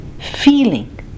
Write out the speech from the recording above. feeling